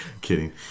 Kidding